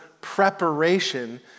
preparation